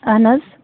اہَن حظ